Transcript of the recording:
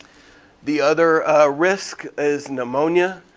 the other risk is pneumonia.